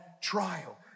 trial